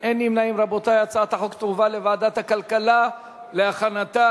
התשע"א 2011, לדיון מוקדם בוועדת הכלכלה נתקבלה.